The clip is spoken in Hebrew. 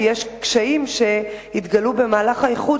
כי במהלך האיחוד